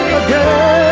again